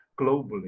globally